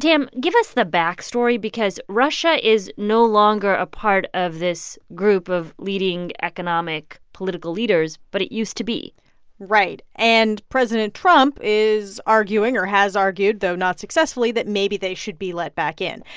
tam, give us the backstory because russia is no longer a part of this group of leading economic political leaders, but it used to be right. and president trump is arguing or has argued, though, not successfully that maybe they should be let back in.